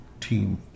team